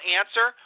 answer